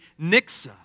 Nixa